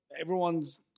everyone's